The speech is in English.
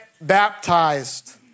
baptized